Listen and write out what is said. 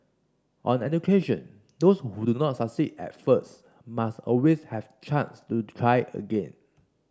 on education those who do not succeed at first must always have chance to try again